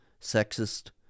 sexist